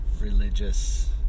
religious